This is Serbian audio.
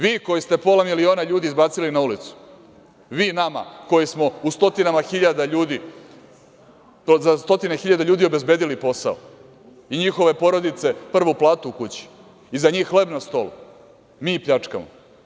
Vi, koji ste pola miliona ljudi izbacili na ulicu, vi nama koji smo za stotine hiljada ljudi obezbedili posao i njihove porodice, prvu platu u kući i za njih hleb na stolu - mi pljačkamo!